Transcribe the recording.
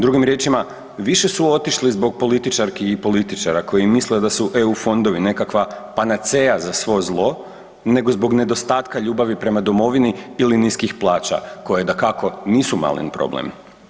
Drugim riječima, više su otišli zbog političarki i političara koji misle da su EU fondovi nekakva panacea za svo zlo nego zbog nedostatka ljubavi prema domovini ili niskih plaća, koje dakako, nisu maleni problem.